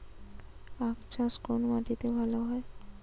আখ চাষ কোন মাটিতে ভালো হয়?